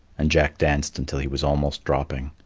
and jack danced until he was almost dropping.